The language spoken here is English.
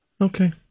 Okay